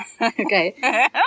Okay